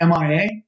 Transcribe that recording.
mia